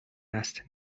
است